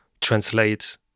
translate